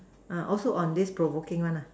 also on this provoking one lah